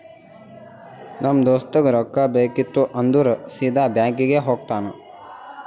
ನಮ್ ದೋಸ್ತಗ್ ರೊಕ್ಕಾ ಬೇಕಿತ್ತು ಅಂದುರ್ ಸೀದಾ ಬ್ಯಾಂಕ್ಗೆ ಹೋಗ್ತಾನ